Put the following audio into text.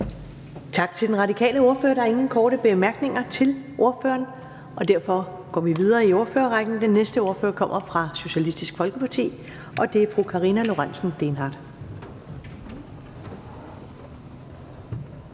Tak til den radikale ordfører. Der er ingen korte bemærkninger til ordføreren. Derfor går vi videre i ordførerrækken, og den næste ordfører kommer fra Socialistisk Folkeparti, og det er fru Karina Lorentzen Dehnhardt.